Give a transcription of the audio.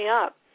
up